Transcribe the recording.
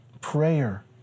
prayer